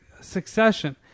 Succession